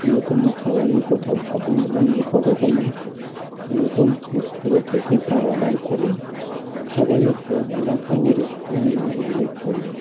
প্রিয়তম খাবারের কথা ভাবুন এবং নিকটতম প্রিয়তম রেস্তোরাঁ থেকে তা অর্ডার করুন খাবারের পদ এলাকা ও রেস্তোরাঁর নাম উল্লেখ করুন